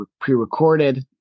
pre-recorded